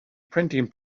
printing